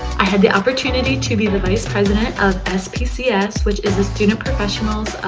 i had the opportunity to be the vice president of spcs, which is the student professionals